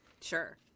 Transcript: sure